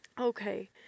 Okay